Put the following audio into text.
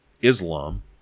Islam